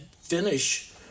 finish